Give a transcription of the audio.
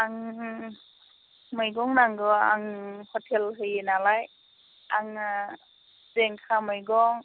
आं मैगं नांगौ आं ह'टेल होयो नालाय आंनो जिंखा मैगं